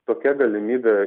tokia galimybė